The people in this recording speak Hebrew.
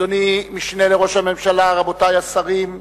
אדוני המשנה לראש הממשלה, רבותי השרים,